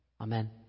Amen